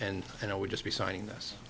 and and i would just be signing this